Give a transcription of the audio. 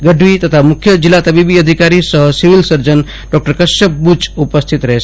ગઢવી તથા મુખ્ય જિલ્લા તબીબી અધિકારી અને civil surgeon doctor Kashyap Buch ઉપસ્થિત રહેશ